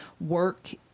work